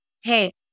hey